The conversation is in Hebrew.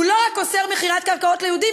הוא לא רק אוסר מכירת קרקעות ליהודים,